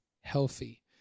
healthy